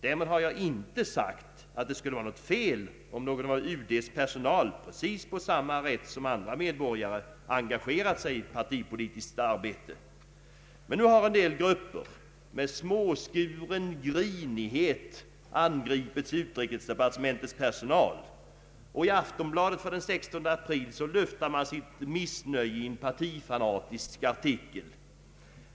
Därmed inte sagt att det skulle vara något fel om någon av UD:s personal, med samma rätt som andra medborgare, engagerat sig i partipolitiskt arbete. Nu har emellertid en del grupper med småskuren grinighet angripit utrikesdepartementets personal. I Aftonbladet för den 16 april luftar man sitt missnöje i en partifanatisk artikel.